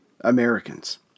Americans